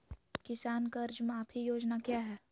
किसान कर्ज माफी योजना क्या है?